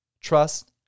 trust